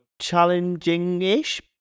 challenging-ish